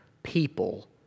People